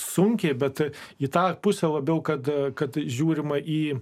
sunkiai bet į tą pusę labiau kada kad žiūrima į